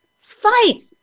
fight